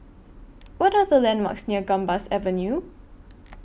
What Are The landmarks near Gambas Avenue